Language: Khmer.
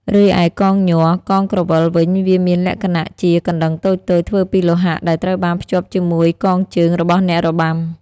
រីឯកងញ័រ/កងក្រវិលវិញវាមានលក្ខណៈជា កណ្ដឹងតូចៗ ធ្វើពីលោហៈ ដែលត្រូវបានភ្ជាប់ជាមួយកងជើង របស់អ្នករបាំ។